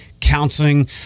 counseling